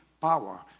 power